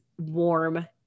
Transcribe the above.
warm